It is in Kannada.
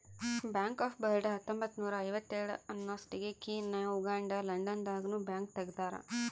ಬ್ಯಾಂಕ್ ಆಫ್ ಬರೋಡ ಹತ್ತೊಂಬತ್ತ್ನೂರ ಐವತ್ತೇಳ ಅನ್ನೊಸ್ಟಿಗೆ ಕೀನ್ಯಾ ಉಗಾಂಡ ಲಂಡನ್ ದಾಗ ನು ಬ್ಯಾಂಕ್ ತೆಗ್ದಾರ